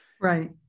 Right